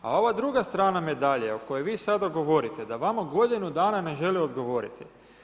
A ova druga strana medalje o kojoj vi sada govorite da vama godinu dana ne žele odgovoriti.